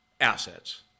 assets